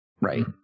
right